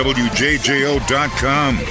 wjjo.com